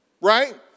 Right